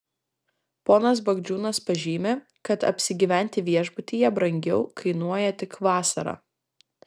ponas bagdžiūnas pažymi kad apsigyventi viešbutyje brangiau kainuoja tik vasarą